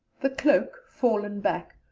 the cloak, fallen back,